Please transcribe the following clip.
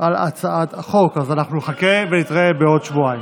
על הצעת החוק, אז אנחנו נחכה ונתראה בעוד שבועיים.